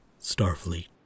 Starfleet